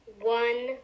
one